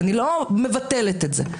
אני לא מבטלת את זה.